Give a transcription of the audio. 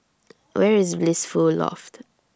Where IS Blissful Loft